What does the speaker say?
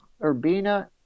Urbina